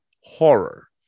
horror